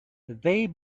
they